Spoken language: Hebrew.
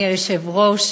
אדוני היושב-ראש,